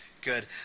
good